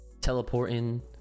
teleporting